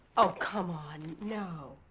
oh, come on! no.